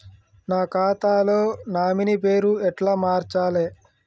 నా ఖాతా లో నామినీ పేరు ఎట్ల మార్చాలే?